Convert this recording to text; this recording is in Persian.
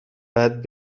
بعد